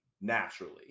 naturally